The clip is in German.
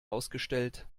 ausgestellt